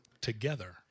together